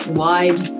wide